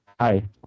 Hi